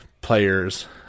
players